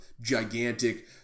gigantic